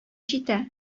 җитә